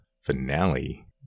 finale